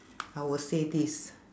I will say this